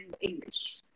English